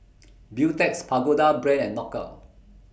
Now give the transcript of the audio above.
Beautex Pagoda Brand and Knockout